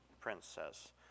princess